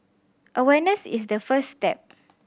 awareness is the first step